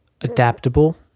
adaptable